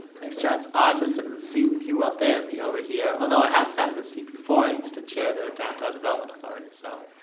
thanks john, it's odd to sit in the seat with you up there me over here although i have sat in the seat before i use to chair they're downtown development authority, so